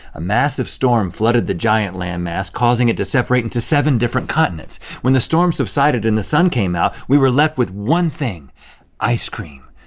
a massive storm flooded the giant land mass, causing it to separate into seven different continents. when the storm subsided and the sun came out, we were left with one thing ice cream,